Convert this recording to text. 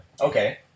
Okay